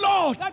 Lord